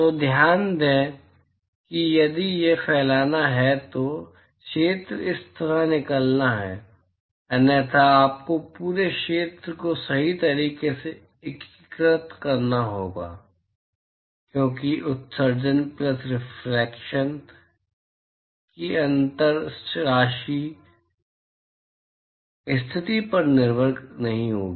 तो ध्यान दें कि यदि यह फैलाना है तो क्षेत्र इस तरह से निकलता है अन्यथा आपको पूरे क्षेत्र को सही तरीके से एकीकृत करना होगा क्योंकि उत्सर्जन प्लस रिफलेक्शन की अंतर राशि स्थिति पर निर्भर नहीं होगी